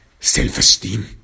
self-esteem